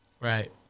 Right